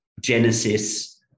genesis